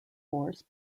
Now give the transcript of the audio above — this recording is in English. force